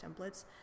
templates